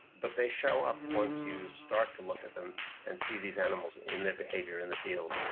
but they show up once you start to look at them and see these animals in their behaviour in the field.